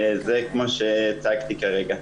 זה כמו שהצגתי כרגע.